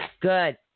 Good